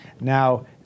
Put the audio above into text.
Now